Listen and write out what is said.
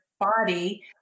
body